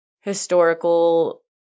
historical